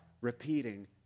repeating